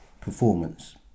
performance